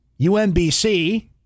UMBC